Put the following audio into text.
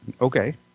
Okay